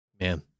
Man